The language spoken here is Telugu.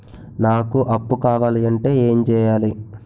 నాకు అప్పు కావాలి అంటే ఎం చేయాలి?